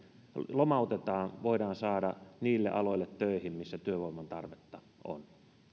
lomautetaan voidaan saada niille aloille töihin missä työvoiman tarvetta on